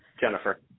Jennifer